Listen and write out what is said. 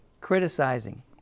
criticizing